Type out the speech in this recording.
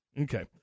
Okay